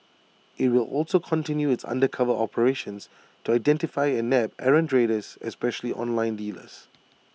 IT will also continue its undercover operations to identify and nab errant traders especially online dealers